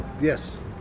Yes